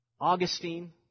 Augustine